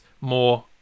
more